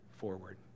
forward